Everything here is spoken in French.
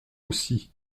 aussi